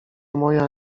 moja